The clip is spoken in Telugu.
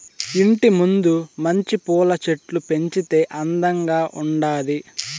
ఇంటి ముందు మంచి పూల చెట్లు పెంచితే అందంగా ఉండాది